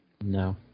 No